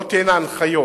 לא תהיינה הנחיות.